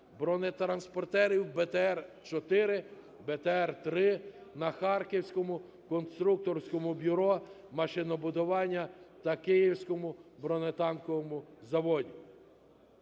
бронетранспортерів БТР-4, БТР-3 на "Харківському конструкторському бюро машинобудування" та "Київському бронетанковому заводі".